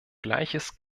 gleiches